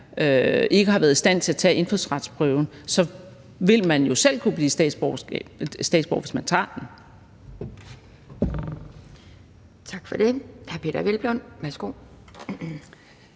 to har været ude af stand til at tage indfødsretsprøven, så vil man jo selv kunne blive statsborger, hvis man tager den. Kl.